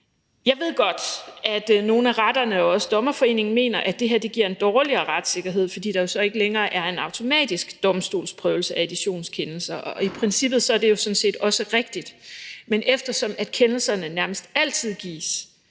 Jeg ved godt, at nogle af retterne og også Dommerforeningen mener, at det her giver en dårligere retssikkerhed, fordi der jo så ikke længere er en automatisk domstolsprøvelse af editionskendelser, og i princippet er det jo sådan set også rigtigt, men eftersom kendelserne nærmest altid gives,